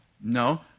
No